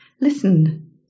Listen